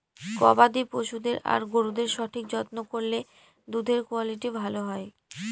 গবাদি পশুদের আর গরুদের সঠিক যত্ন করলে দুধের কুয়ালিটি ভালো হয়